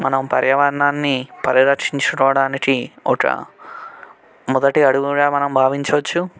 మనం పర్యావరణాన్ని పరిరక్షించుకోవడానికి ఒక మొదటి అడుగుగా మనం భావించవచ్చు